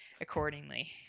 accordingly